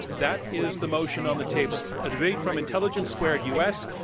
that is the motion on the table. a debate from intelligence squared u. s.